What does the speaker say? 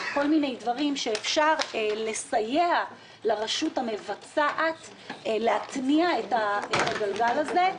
כל מיני דברים שאפשר לסייע לרשות המבצעת להתניע את הגלגל הזה.